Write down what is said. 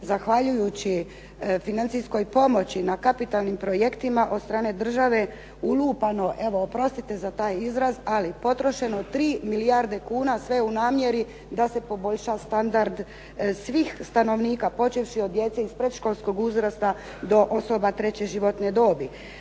zahvaljujući financijskoj pomoći na kapitalnim projektima od strane države ulupano, evo oprostite za taj izraz ali potrošeno je 3 milijarde kuna sve u namjeri da se poboljša standard svih stanovnika počevši od djece iz predškolskog uzrasta do osoba treće životne dobi.